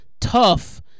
tough